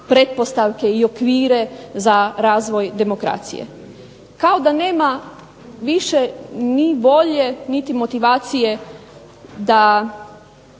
i okvire za razvoj demokracije. Kao da nema više ni volje niti motivacije da